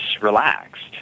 relaxed